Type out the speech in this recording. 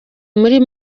muri